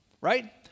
right